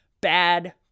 bad